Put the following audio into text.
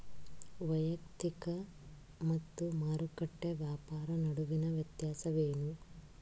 ವೈಯಕ್ತಿಕ ಮತ್ತು ಮಾರುಕಟ್ಟೆ ವ್ಯಾಪಾರ ನಡುವಿನ ವ್ಯತ್ಯಾಸವೇನು?